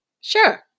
Sure